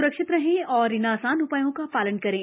स्रक्षित रहें और इन आसान उपायों का पालन करें